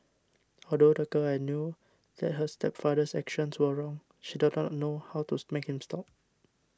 although the girl knew that her stepfather's actions were wrong she did not know how to make him stop